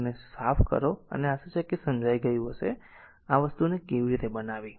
તેથી ફક્ત તેને સાફ કરો આશા છે કે વસ્તુઓ સમજી ગઈ છે કે આ વસ્તુ કેવી રીતે બનાવવી